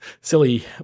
silly